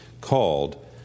called